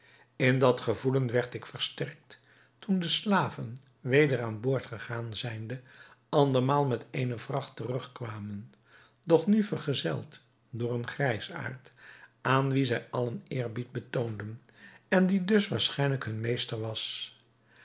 in dat gevoelen werd ik versterkt toen de slaven weder aan boord gegaan zijnde andermaal met eene vracht terug kwamen doch nu vergezeld door een grijsaard aan wien zij allen eerbied betoonden en die dus waarschijnlijk hun meester was